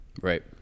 Right